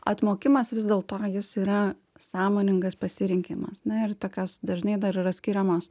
atmokimas vis dėlto jis yra sąmoningas pasirinkimas na ir tokios dažnai dar yra skiriamos